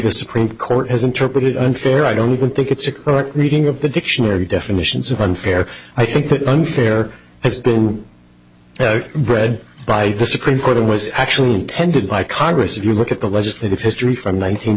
the supreme court has interpreted unfair i don't think it's a correct reading of the dictionary definitions of unfair i think that unfair has been read by the supreme court it was actually intended by congress if you look at the legislative history from